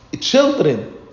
children